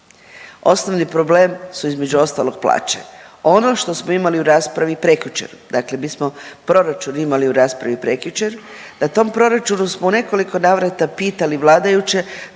Osnovni problem su između ostalog plaće. Ono što smo imali u raspravi prekjučer, dakle mi smo proračun imali u raspravi prekjučer, na tom proračunu smo u nekoliko navrata pitali vladajuće